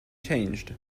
changed